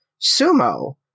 sumo